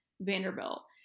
Vanderbilt